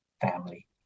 family